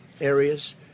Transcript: areas